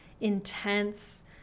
intense